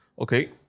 Okay